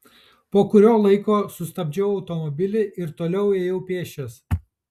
po kurio laiko sustabdžiau automobilį ir toliau ėjau pėsčias